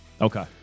Okay